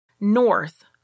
north